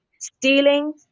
stealing